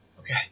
Okay